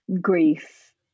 grief